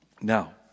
Now